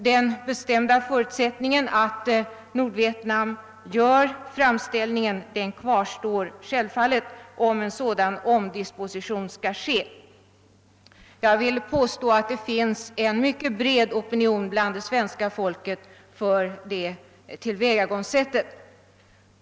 Den bestämda förutsättningen att Nordvietnam gör framställning härom kvarstår självfallet, om en sådan omdisposition skall göras. Jag vill påstå att det finns en mycket bred opinion bland svenska folket för det tillvägagångssättet.